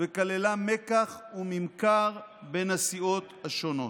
וכללה מקח וממכר בין הסיעות השונות.